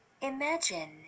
Imagine